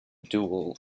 dual